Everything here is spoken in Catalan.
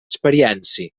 experiència